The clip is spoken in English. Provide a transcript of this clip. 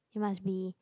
you must be